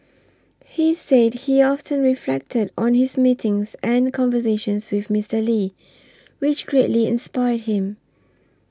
he said he often reflected on his meetings and conversations with Mister Lee which greatly inspired him